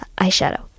eyeshadow